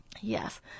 Yes